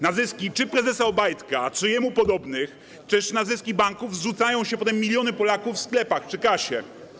Na zyski czy to prezesa Obajtka, czy jemu podobnych, też na zyski banków zrzucają się potem miliony Polaków w sklepach, przy kasie.